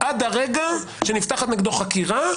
עד הרגע שנפתחת נגדו חקירה,